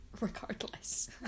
regardless